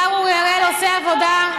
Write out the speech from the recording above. השר אורי אריאל עושה עבודה,